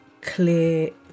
clear